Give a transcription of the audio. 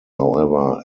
however